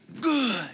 good